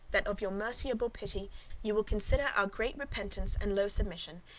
that of your merciable pity ye will consider our great repentance and low submission,